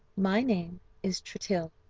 my name is tritill